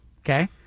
Okay